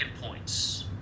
points